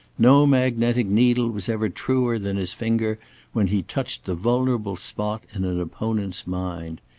no magnetic needle was ever truer than his finger when he touched the vulnerable spot in an opponent's mind.